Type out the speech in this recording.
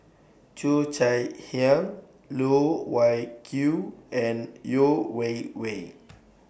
Cheo Chai Hiang Loh Wai Kiew and Yeo Wei Wei